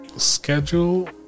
schedule